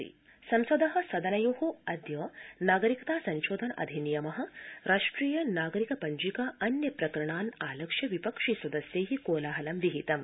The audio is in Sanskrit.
संसद् संसद सदनयो अद्य नागरिकता संशोधन अधिनियम राष्ट्रिय नागरिक पंजिका अन्य प्रकरणानालक्ष्य विपक्षि सदस्यै कोलाहलं विहितम्